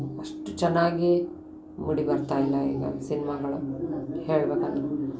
ಅಷ್ಟು ಚೆನ್ನಾಗಿ ಮೂಡಿ ಬರ್ತಾಯಿಲ್ಲ ಈಗ ಸಿನ್ಮಗಳು ಹೇಳಬೇಕಂದ್ರೆ